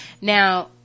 now